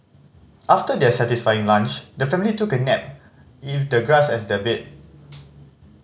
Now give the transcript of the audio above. after their satisfying lunch the family took a nap if the grass as their bed